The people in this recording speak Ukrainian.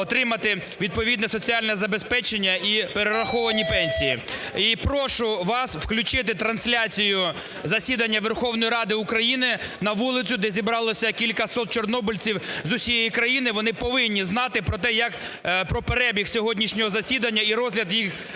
отримати відповідне соціальне забезпечення і перераховані пенсії. І прошу вас включити трансляцію засідання Верховної Ради України на вулицю, де зібралося кількасот чорнобильців з усієї країни. Вони повинні знати про перебіг сьогоднішнього засідання і розгляд наших